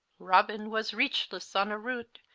robin was reachles on a roote,